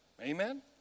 Amen